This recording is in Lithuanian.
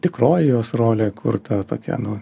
tikroji jos rolė kur ta tokia nu